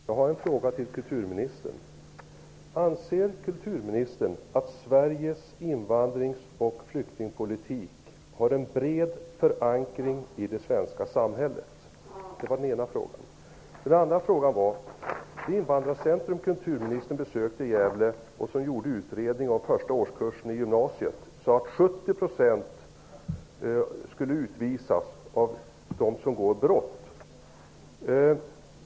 Herr talman! Jag har en fråga till kulturministern. Anser kulturministern att Sveriges invandrar och flyktingpolitik har en bred förankring i det svenska samhället? Kulturministern har besökt Invandrarcentrum i Gävle. Där har man gjort en utredning om åsikterna hos eleverna i första årskursen i gymnasiet. 70 % av eleverna sade att invandrare skall utvisas när de begår brott.